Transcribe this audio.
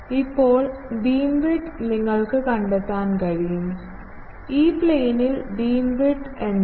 ഇപ്പോൾ ബീംവിഡ്ത്ത് നിങ്ങൾക്ക് കണ്ടെത്താൻ കഴിയും ഇ പ്ലെയിനിൽ ബീംവിഡ്ത്ത് എന്താണ്